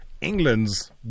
England's